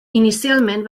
inicialment